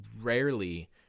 rarely